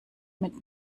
mit